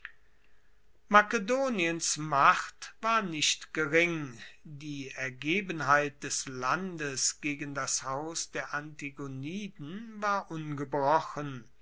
makedoniens macht war nicht gering die ergebenheit des landes gegen das haus der antigoniden war ungebrochen